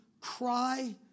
cry